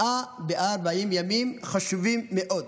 140 ימים חשובים מאוד.